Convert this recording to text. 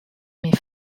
myn